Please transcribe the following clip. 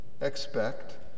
expect